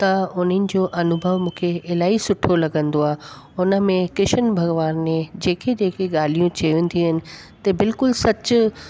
त हुननि जो अनुभव मुखे इलाई सुठो लॻंदो आहे हुनमें कृष्ण भगवान ने जेकी जेकी ॻाल्हियूं चयनि थियूं आहिनि त बिल्कुलु सच